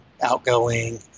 Outgoing